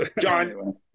John